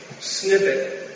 snippet